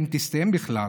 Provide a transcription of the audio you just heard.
אם תסתיים בכלל,